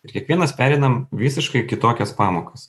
ir kiekvienas pereinam visiškai kitokias pamokas